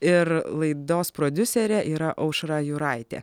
ir laidos prodiuserė yra aušra jūraitė